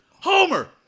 Homer